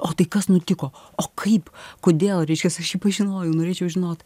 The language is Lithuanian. o tai kas nutiko o kaip kodėl reiškias aš jį pažinojau norėčiau žinot